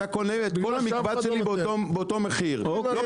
אתה קונה את כל המקבץ שלי באותו מחיר עונה,